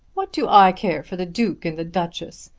what do i care for the duke and the duchess.